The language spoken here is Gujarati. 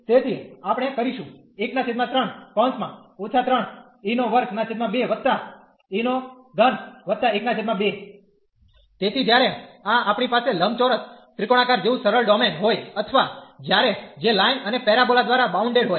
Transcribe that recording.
તેથી આપણે કરીશું તેથી જ્યારે આ આપણી પાસે લંબચોરસ ત્રિકોણાકાર જેવું સરળ ડોમેન હોય અથવા જ્યારે જે લાઈન અને પેરાબોલા દ્વારા બાઉન્ડેડ હોય